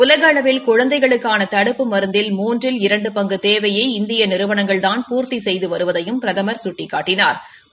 உலக அளவில் குழந்தைகளுக்கான தடுப்பு மருந்தில் மூன்றில் இரண்டு பங்கு தேவைய இந்திய நிறுவனங்கள்தான் பூர்த்தி செய்து வருவதையும் பிரதமா் குட்டிக்காட்டினாா்